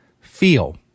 feel